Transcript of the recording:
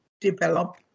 develop